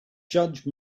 judge